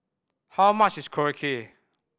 how much is Korokke